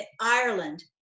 Ireland